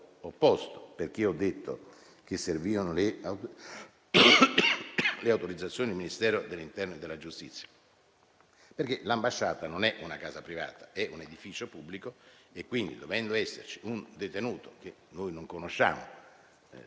opposto. Ho detto che servivano le autorizzazioni dei Ministeri dell'interno e della giustizia, atteso che l'ambasciata non è una casa privata, ma è un edificio pubblico e pertanto, dovendo esserci un detenuto che noi non conosciamo, non